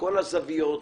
מכל הזוויות,